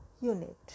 unit